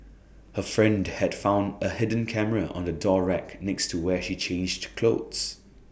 her friend had found A hidden camera on the door rack next to where she changed clothes